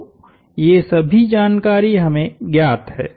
तो ये सभी जानकारी हमें ज्ञात हैं